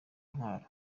ntwaro